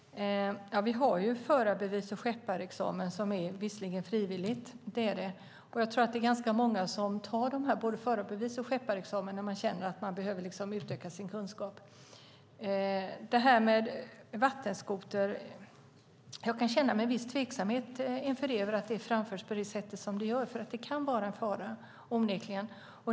Herr talman! Vi har förarbevis och skepparexamen, vilket visserligen är frivilligt. Jag tror att det är ganska många som tar både förarbevis och skepparexamen när de känner att de behöver utöka sin kunskap. När det gäller vattenskotrar kan jag känna en viss tveksamhet över att de framförs på det sätt som görs, för det kan onekligen vara en fara.